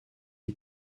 die